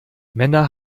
männer